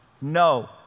No